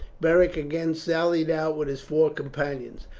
beric again sallied out with his four companions.